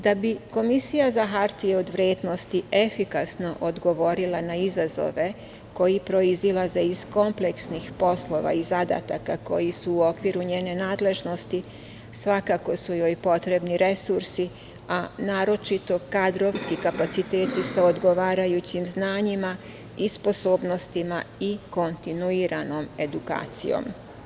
Da bi Komisija za hartije od vrednosti efikasno odgovorila na izazove koji proizilaze iz kompleksnih poslova i zadataka koji su u okviru njene nadležnosti, svakako su joj potrebni resursi, a naročito kadrovski kapaciteti sa odgovarajućim znanjima i sposobnostima i kontinuiranom edukacijom.